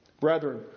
Brethren